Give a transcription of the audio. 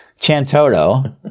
Chantoto